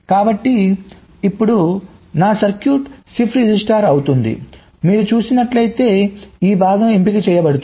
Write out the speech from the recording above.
కాబట్టి ఇప్పుడు నా సర్క్యూట్ షిఫ్ట్ రిజిస్టర్ అవుతుంది మీరు చూసినట్లయితే ఈ భాగం ఎంపిక చేయబడుతుంది